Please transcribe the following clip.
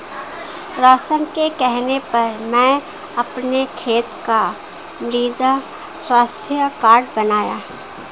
रोशन के कहने पर मैं अपने खेत का मृदा स्वास्थ्य कार्ड बनवाया